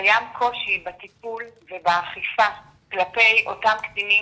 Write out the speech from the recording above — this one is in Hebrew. קיים קושי בטיפול ובאכיפה כלפי אותם קטינים